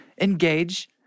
engage